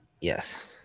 Yes